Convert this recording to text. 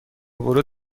ورود